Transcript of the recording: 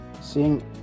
seeing